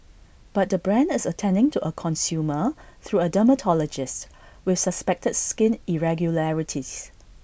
but the brand is attending to A consumer through A dermatologist with suspected skin irregularities